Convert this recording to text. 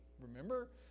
remember